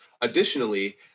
Additionally